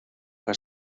que